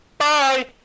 Bye